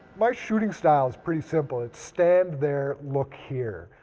my shooting style is pretty simple it's stand there look here.